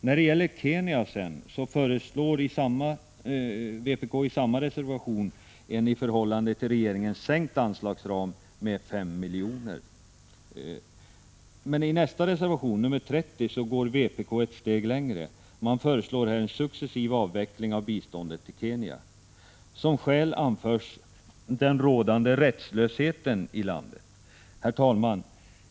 När det gäller Kenya föreslår vpk i samma reservation en i förhållande till regeringsförslaget med 5 milj.kr. sänkt anslagsram. Men i nästa reservation, nr 30, går vpk ett steg längre. Man föreslår här en successiv avveckling av biståndet till Kenya. Som skäl anförs den rådande rättslösheten i landet. Herr talman!